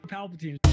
Palpatine